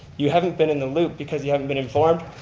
you haven't been in the loop because you haven't been informed.